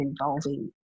involving